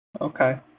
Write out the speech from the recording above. Okay